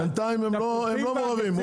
בינתיים הם לא מעורבים.